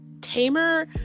Tamer